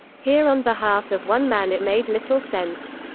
here on behalf of one man it made little sense.